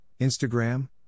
Instagram